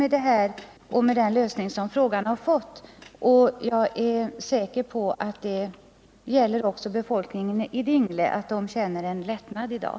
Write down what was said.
Jag är säker på att också invånarna i Dingle är nöjda med den lösning som frågan har fått. De känner säkert lättnad i dag.